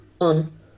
On